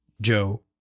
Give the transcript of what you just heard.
Joe